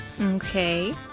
Okay